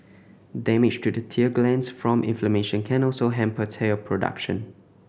damage to the tear glands from inflammation can also hamper tear production